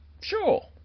Sure